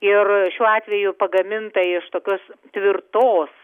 ir šiuo atveju pagaminta iš tokios tvirtos